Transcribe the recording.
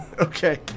Okay